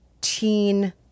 teen